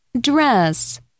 Dress